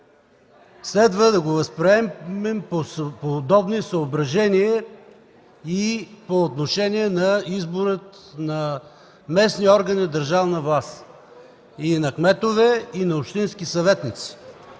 следва да го възприемем по подобни съображения и по отношение на избора на местни органи и държавна власт, на кметове и на общински съветници.